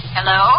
Hello